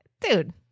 Dude